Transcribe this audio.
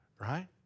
Right